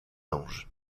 anges